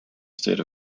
state